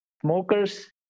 smokers